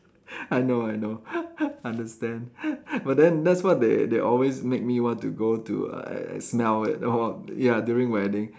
I know I know understand but then that's what they they always make me want to go to uh uh smell it ya during wedding